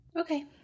Okay